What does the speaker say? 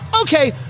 Okay